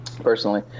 personally